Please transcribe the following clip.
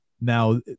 Now